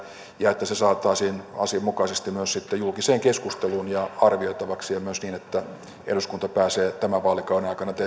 ja että se saataisiin asianmukaisesti myös sitten julkiseen keskusteluun ja arvioitavaksi ja myös niin että eduskunta pääsee tämän vaalikauden aikana